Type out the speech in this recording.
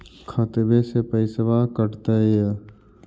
खतबे से पैसबा कटतय?